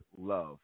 love